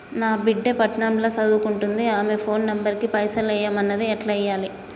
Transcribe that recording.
నా బిడ్డే పట్నం ల సదువుకుంటుంది ఆమె ఫోన్ నంబర్ కి పైసల్ ఎయ్యమన్నది ఎట్ల ఎయ్యాలి?